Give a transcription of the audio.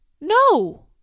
no